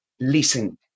listen